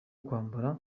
kwambara